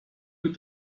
you